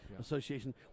Association